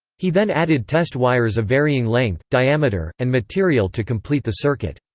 he then added test wires of varying length, diameter, and material to complete the circuit.